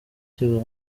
kivuga